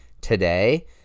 today